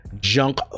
junk